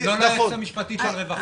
לא ליועץ המשפטי של משרד הרווחה.